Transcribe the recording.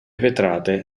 vetrate